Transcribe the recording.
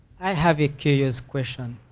i have a curious question.